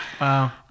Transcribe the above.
Wow